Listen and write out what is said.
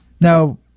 Now